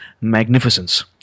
magnificence